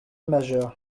majeur